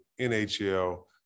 NHL